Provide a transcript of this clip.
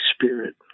Spirit